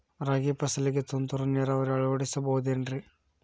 ರಾಗಿ ಫಸಲಿಗೆ ತುಂತುರು ನೇರಾವರಿ ಅಳವಡಿಸಬಹುದೇನ್ರಿ?